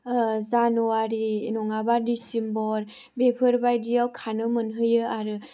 जानुवारि नङाबा दिसेम्बर बेफोरबायदियाव खानो मोनहैयो आरो